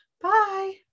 bye